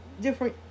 Different